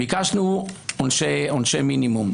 ביקשנו עונשי מינימום.